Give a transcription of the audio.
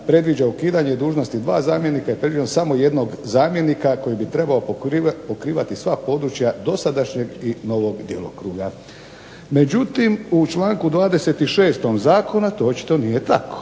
predviđa ukidanje dužnosti dva zamjenika temeljem samo jednog zamjenika koji bi trebao pokrivati sva područja dosadašnjeg i novog djelokruga. Međutim, u članku 26. zakona to očito nije tako,